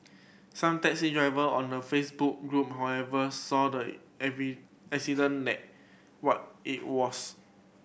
some taxi driver on the Facebook group however saw the accident what it was